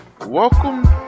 welcome